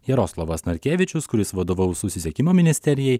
jaroslavas narkevičius kuris vadovaus susisiekimo ministerijai